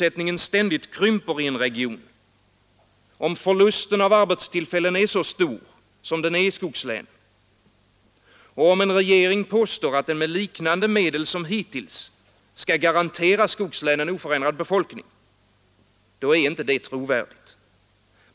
ättningen ständigt krymper i en region, om förlusten av arbetstillfällen är så stor som den är i skogslänen, om en regering påstår att den med liknande medel som hittills skall garantera skogslänen oförändrad befolkning — då är inte det trovärdigt.